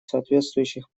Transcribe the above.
соответствующих